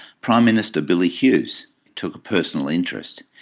prime minister billy hughes took a personal interest.